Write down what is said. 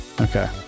okay